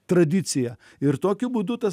tradicija ir tokiu būdu tas